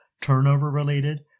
turnover-related